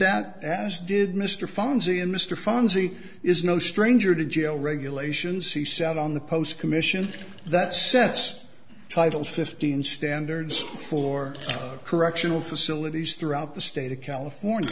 that as did mr fonzie and mr fonzie is no stranger to jail regulations he sat on the post commission that sets title fifteen standards for correctional facilities throughout the state of california